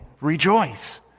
Rejoice